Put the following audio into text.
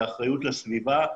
ואחריות לסביבה.